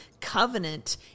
covenant